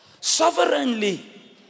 sovereignly